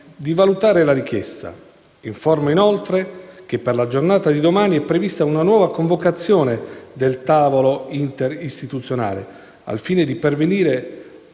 di valutare la richiesta. Informo, inoltre, che per la giornata di domani è prevista una nuova convocazione del tavolo interistituzionale al fine di pervenire